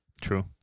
True